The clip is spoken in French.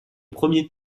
premier